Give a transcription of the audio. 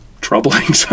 troubling